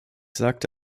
sagte